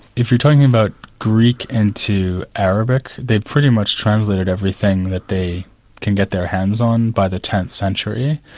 if you're talking about greek into arabic, they'd pretty much translated everything that they can get their hands on by the tenth century,